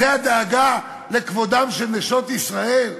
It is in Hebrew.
זו הדאגה לכבודן של נשות ישראל?